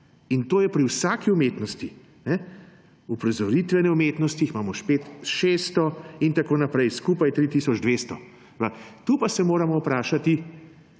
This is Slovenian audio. In to je pri vsaki umetnosti, uprizoritvene umetnosti, jih imamo spet 600 in tako naprej, skupaj 3 tisoč 200. Tu pa se moramo vprašati,